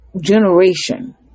generation